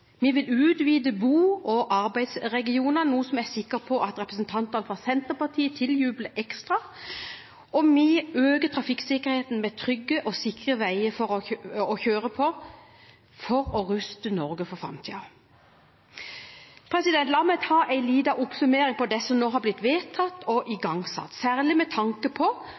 Vi vil utvide bo- og arbeidsregionene, noe jeg er sikker på at representantene fra Senterpartiet tiljubler ekstra. Vi øker trafikksikkerheten med trygge og sikre veier å kjøre på for å ruste Norge for framtiden. La meg ta en liten oppsummering av det som nå har blitt vedtatt og igangsatt, særlig med tanke på